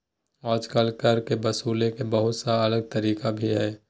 आजकल कर के वसूले के बहुत सा अलग तरीका भी हइ